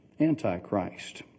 Antichrist